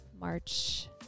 March